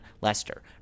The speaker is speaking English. Lester